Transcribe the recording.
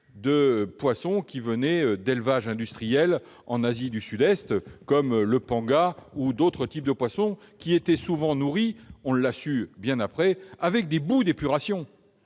de poissons qui venaient d'élevages industriels en Asie du Sud-Est, comme le panga ou d'autres types de poissons qui étaient souvent nourris- on l'a su bien après ! -avec des boues d'épuration.